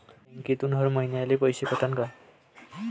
बँकेतून हर महिन्याले पैसा कटन का?